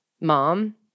Mom